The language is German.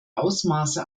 ausmaße